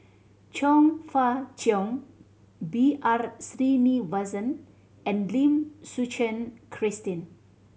Chong Fah Cheong B R Sreenivasan and Lim Suchen Christine